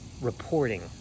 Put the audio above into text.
reporting